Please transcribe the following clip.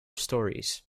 stories